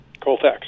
Colfax